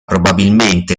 probabilmente